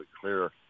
clear